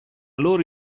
loro